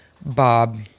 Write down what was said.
bob